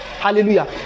hallelujah